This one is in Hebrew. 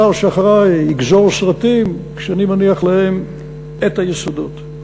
השר שיהיה אחרי יגזור סרטים שאני מניח להם את היסודות.